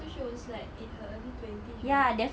so she was like in her early twenties right